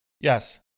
Yes